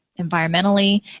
environmentally